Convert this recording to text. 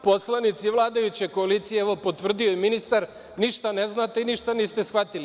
Poslanici vladajuće koalicije, evo, potvrdio je ministar, ništa ne znate i ništa niste shvatili.